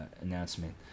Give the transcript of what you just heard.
announcement